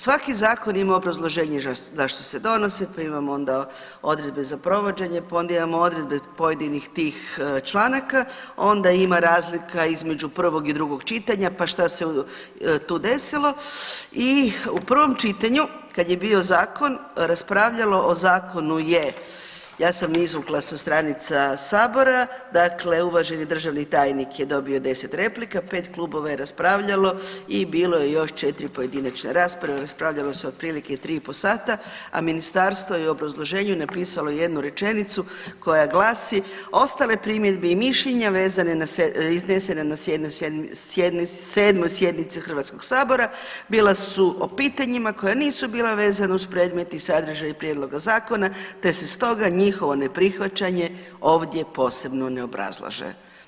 Svaki zakon ima obrazloženje zašto se donosi, pa imamo onda odredbe za provođenje, pa onda imamo odredbe pojedinih tih članaka, onda ima razlika između prvog i drugog čitanja, pa šta se tu desilo i u prvom čitanju, kad je bio zakon, raspravljalo o zakonu je, ja sam izvukla sa stranica Sabora, dakle uvaženi državni tajnik je dobio 10 replika, 5 klubova je raspravljalo i bilo je još 4 pojedinačne rasprave, raspravljalo se otprilike 3,5 sata, a ministarstvo je u obrazloženju napisalo jednu rečenicu koja glasi „Ostale primjedbe i mišljenja vezane na, iznesene na 7. sjednici HS-a, bila su o pitanjima koja nisu bila vezana uz predmet i sadržaj Prijedloga zakona te se stoga njihovo neprihvaćanje ovdje posebno ne obrazlaže.